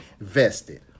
vested